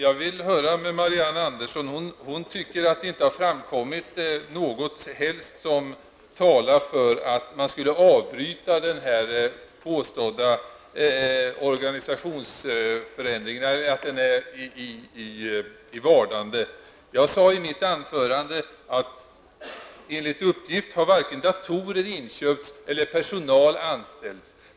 Herr talman! Marianne Andersson i Gislaved tycker inte att det har framkommit något som helst som talar för att man skulle avbryta den organisationsförändring som påstås vara i vardande. Jag sade i mitt huvudanförande att enligt uppgift har varken datorer inköpts eller personal anställts.